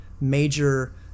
major